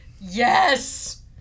Yes